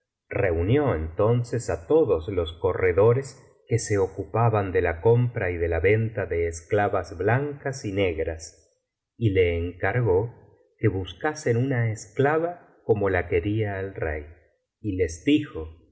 reunió entonces á todos los corredores que se ocupaban de la compra y de la venta de esclavas blancas y negras y le encargó que buscasen una esclava como la quería el rey y les dijo